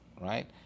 right